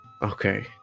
Okay